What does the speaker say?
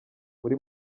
muri